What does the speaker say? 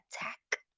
attack